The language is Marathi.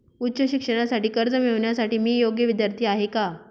उच्च शिक्षणासाठी कर्ज मिळविण्यासाठी मी योग्य विद्यार्थी आहे का?